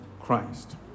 Christ